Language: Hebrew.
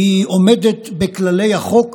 עומדת בכללי החוק